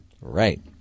Right